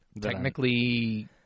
technically